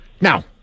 Now